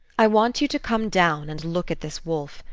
i want you to come down and look at this wolfe,